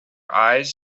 eyes